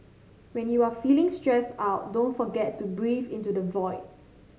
when you are feeling stressed out don't forget to breathe into the void